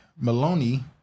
Maloney